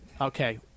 Okay